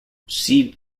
seed